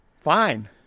Fine